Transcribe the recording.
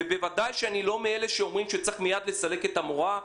ובוודאי אני לא מאלה שאומרים שצריך מיד לסלק את המורה.